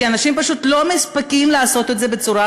כי אנשים פשוט לא מספיקים לעשות את זה בצורה